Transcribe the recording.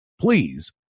please